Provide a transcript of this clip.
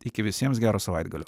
iki visiems gero savaitgalio